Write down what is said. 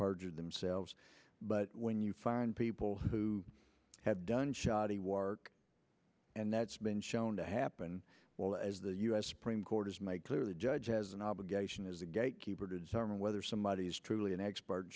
parted themselves but when you find people who have done shoddy work and that's been shown to happen well as the us supreme court has made clear the judge has an obligation as a gatekeeper to disarm and whether somebody is truly an expert